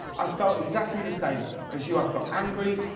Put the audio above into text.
i'v felt exactly the same as you. i've felt angry,